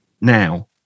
Now